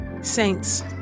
Saints